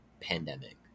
pandemic